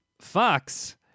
Fox